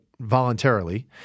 voluntarily